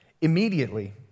Immediately